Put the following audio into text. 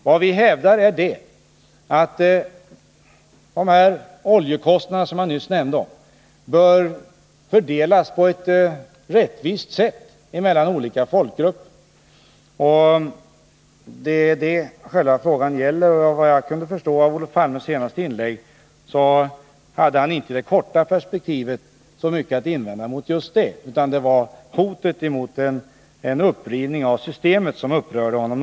Vad vi hävdar är att de oljekostnader som jag nyss nämnde bör fördelas på ett rättvist sätt emellan olika folkgrupper. Det är detta frågeställningen gäller, och av vad jag förstår av Olof Palmes inlägg hade han i det korta perspektivet inte så mycket att invända mot detta. Det var hotet om en upprivning av systemet som upprörde honom.